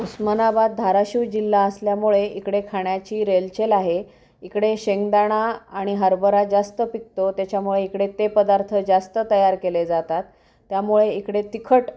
उस्मानाबाद धाराशिव जिल्हा असल्यामुळे इकडे खाण्याची रेलचेल आहे इकडे शेंगदाणा आणि हरभरा जास्त पिकतो त्याच्यामुळे इकडे ते पदार्थ जास्त तयार केले जातात त्यामुळे इकडे तिखट